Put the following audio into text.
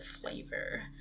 flavor